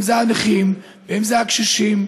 אם זה הנכים ואם זה הקשישים,